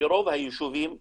לרוב היישובים הערבים.